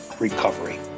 recovery